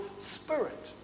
spirit